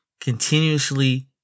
continuously